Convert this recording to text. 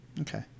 Okay